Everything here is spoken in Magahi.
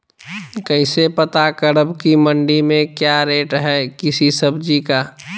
कैसे पता करब की मंडी में क्या रेट है किसी सब्जी का?